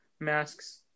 masks